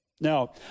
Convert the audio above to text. Now